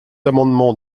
amendement